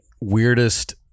weirdest